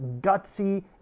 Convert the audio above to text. gutsy